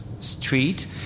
street